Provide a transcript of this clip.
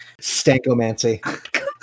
Stankomancy